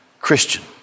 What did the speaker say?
Christian